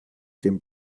dem